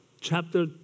chapter